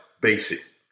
basic